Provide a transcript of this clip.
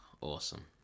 awesome